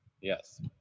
Yes